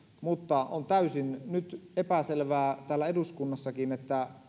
mutta nyt on täysin epäselvää täällä eduskunnassakin